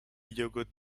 yogurt